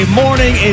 morning